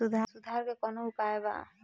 सुधार के कौनोउपाय वा?